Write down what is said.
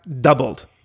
doubled